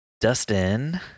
Dustin